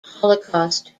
holocaust